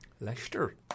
Leicester